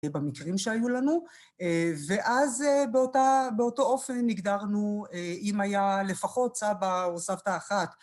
במקרים שהיו לנו ואז באותו אופן הגדרנו אם היה לפחות סבא או סבתא אחת.